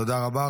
תודה רבה.